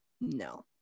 no